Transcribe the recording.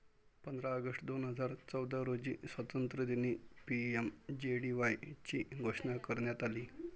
पंधरा ऑगस्ट दोन हजार चौदा रोजी स्वातंत्र्यदिनी पी.एम.जे.डी.वाय ची घोषणा करण्यात आली